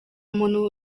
muntu